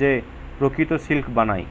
যে প্রকৃত সিল্ক বানায়